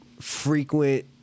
frequent